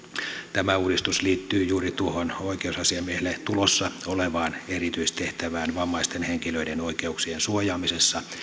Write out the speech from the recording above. tämä uudistus liittyy juuri tuohon oikeusasiamiehelle tulossa olevaan erityistehtävään vammaisten henkilöiden oikeuksien suojaamisessa